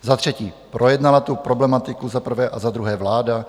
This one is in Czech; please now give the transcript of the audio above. Za třetí, projednala tu problematiku za prvé a za druhé vláda?